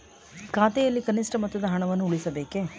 ಖಾತೆಯಲ್ಲಿ ಕನಿಷ್ಠ ಮೊತ್ತದ ಹಣವನ್ನು ಉಳಿಸಬೇಕೇ?